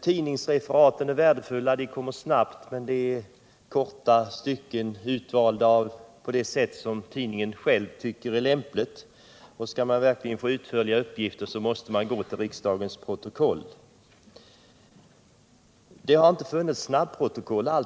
Tidningsreferaten är värdefulla, de kommer snabbt, men det är korta stycken utvalda på det sätt som tidningen själv tycker är lämpligt. Skall man verkligen få utförliga uppgifter måste man gå till riksdagens protokoll. Det har inte alltid funnits snabbprotokoll.